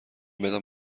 بدان